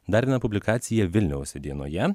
dar viena publikacija vilniaus dienoje